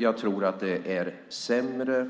Jag tror att det är sämre